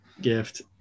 gift